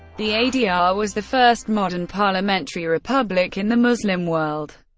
the adr ah was the first modern parliamentary republic in the muslim world.